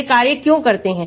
वे कार्य क्यों करते हैं